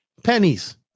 pennies